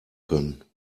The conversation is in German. können